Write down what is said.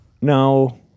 No